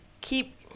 keep